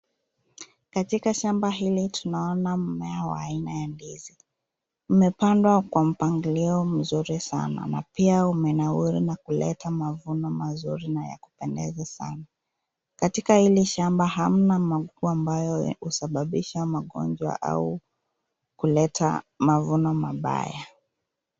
Katika shamba hili tunaona mmea wa aina ya ndizi umepandwa kwa mpangilio mzuri sana na pia umenawiri na kuleta mavuno mazuri na ya kupendeza sana. Katika hili shamba hamna magugu ambayo husababisha magonjwa au kuleta mavuno mabaya.